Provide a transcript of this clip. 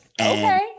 Okay